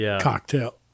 cocktail